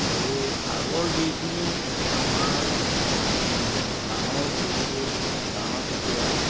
আৰু আগৰ যিখিনি আমাৰ এ গাঁৱৰ পৰিৱেশ গাঁৱত এতিয়া